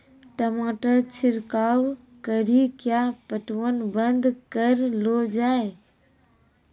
टमाटर छिड़काव कड़ी क्या पटवन बंद करऽ लो जाए?